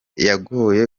yagoye